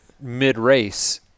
mid-race